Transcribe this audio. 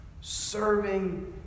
Serving